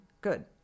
Good